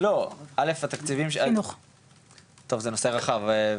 טוב זה נושא רחב,